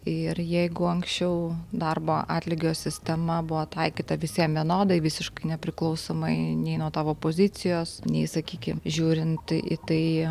ir jeigu anksčiau darbo atlygio sistema buvo taikyta visiem vienodai visiškai nepriklausomai nei nuo tavo pozicijos nei sakykim žiūrint į tai